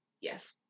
yes